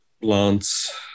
plants